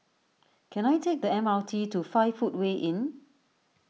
can I take the M R T to five Footway Inn